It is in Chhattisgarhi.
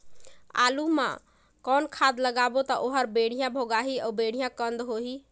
आलू मा कौन खाद लगाबो ता ओहार बेडिया भोगही अउ बेडिया कन्द होही?